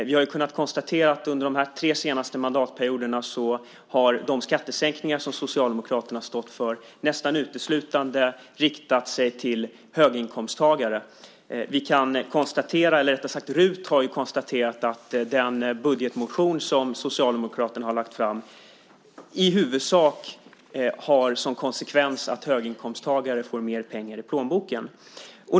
Vi har kunnat konstatera att under de tre senaste mandatperioderna har de skattesänkningar som Socialdemokraterna har stått för nästan uteslutande riktat sig till höginkomsttagare. RUT har konstaterat att den budgetmotion som Socialdemokraterna har lagt fram i huvudsak har som konsekvens att höginkomsttagare får mer pengar i plånboken.